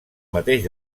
mateix